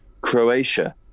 Croatia